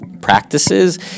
practices